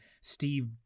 Steve